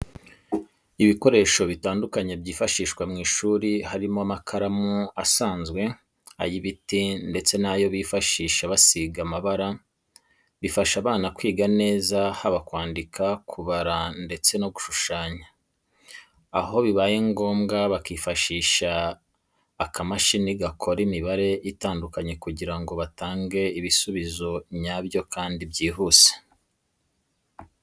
Ibikoresho bitandukanye byifashishwa mu ishuri harimo amakaramu asanzwe, ay'ibiti ndetse n'ayo bifashisha basiga amabara. Bifasha abana kwiga neza haba kwandika, kubara ndetse no gushushanya, aho bibaye ngombwa bakifashisha akamashini gakora imibare itandukanye kugira ngo batange igisubizo nyacyo kandi cyihuse.